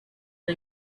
the